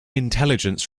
intelligence